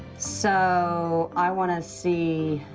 so, i want to see.